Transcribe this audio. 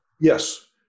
Yes